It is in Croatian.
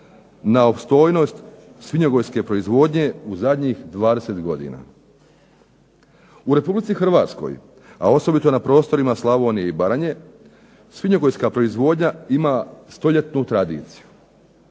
na opstojnost svinjogojske proizvodnje u zadnjih 20 godina. U Republici Hrvatskoj a osobito n aprostorima Slavonije i Baranje svinjogojska proizvodnja ima 100-ljetnu tradiciju.